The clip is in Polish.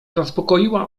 zaspokoiła